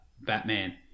Batman